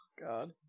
God